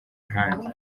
ahandi